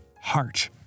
heart